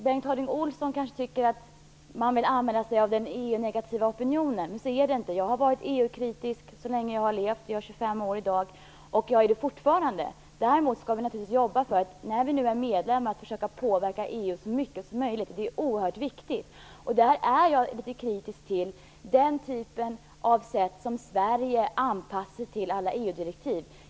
Bengt Harding Olson kanske tycker att man försöker använda sig av den EU-negativa opinionen, men så är det inte. Jag har varit EU-kritisk i hela mitt liv. Jag är 25 år nu, och jag är fortfarande kritisk. Däremot skall vi nu när vi är medlemmar naturligtvis jobba för att försöka påverka EU så mycket som möjligt. Det är oerhört viktigt. Jag är kritisk till det sätt på vilket Sverige anpassar sig till alla EU-direktiv.